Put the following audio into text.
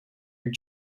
your